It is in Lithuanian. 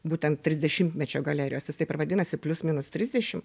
būtent trisdešimtmečio galerijos jis taip ir vadinasi plius minus trisdešim